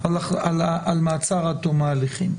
על מעצר עד תום ההליכים.